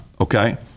okay